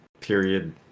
period